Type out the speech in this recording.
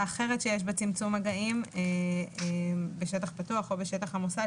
אחרת שיש בצמצום מגעים בשטח פתוח או בשטח המוסד,